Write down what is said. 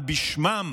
אבל בשמם,